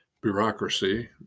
bureaucracy